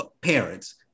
parents